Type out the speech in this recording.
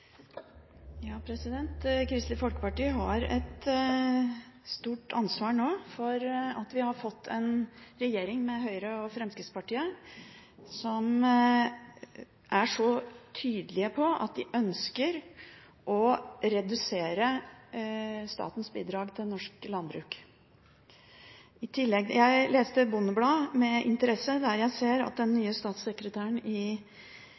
Kristelig Folkeparti har et stort ansvar nå for at vi har fått en regjering med Høyre og Fremskrittspartiet som er så tydelige på at de ønsker å redusere statens bidrag til norsk landbruk. I tillegg: Jeg har lest Bondebladet med interesse, der jeg ser at den